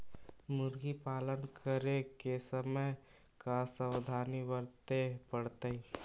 मुर्गी पालन करे के समय का सावधानी वर्तें पड़तई?